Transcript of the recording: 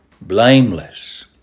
blameless